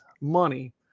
money